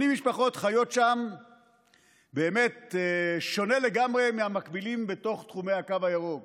80 משפחות חיות שם באמת בשונה לגמרי מהמקבילים בתוך תחומי הקו הירוק.